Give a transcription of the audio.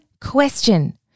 question